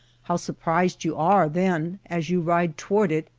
how surprised you are then as you ride toward it,